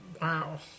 Wow